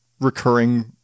recurring